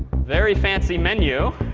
very fancy menu.